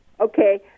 Okay